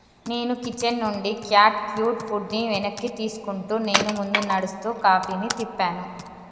నేను కిచెన్ నుండి cat cute ఫుడ్ని వెనక్కి తీసుకుంటూ నేను ముందు నడుస్తూ కాఫీని తిప్పాను